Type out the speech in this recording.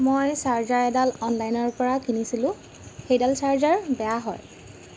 মই চাৰ্জাৰ এডাল অনলাইনৰ পৰা কিনিছিলোঁ সেইডাল চাৰ্জাৰ বেয়া হয়